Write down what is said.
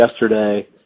yesterday